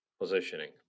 positioning